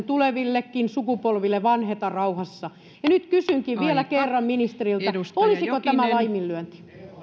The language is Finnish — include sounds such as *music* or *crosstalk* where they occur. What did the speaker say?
*unintelligible* tuleville sukupolville vanheta rauhassa nyt kysynkin vielä kerran ministeriltä olisiko tämä laiminlyönti arvoisa